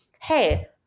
hey